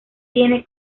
tiene